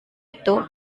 itu